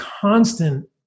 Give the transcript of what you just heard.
constant